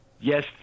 Yes